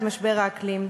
את משבר האקלים.